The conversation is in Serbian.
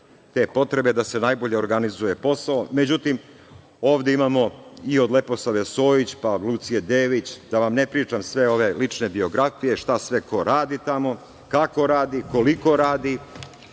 te potrebe, da se najbolje organizuje posao, međutim, ovde imamo i od Leposave Sojić, pa od Lucije Dević, da vam ne pričam ove lične biografije, šta sve ko radi tamo, kako radi, koliko radi.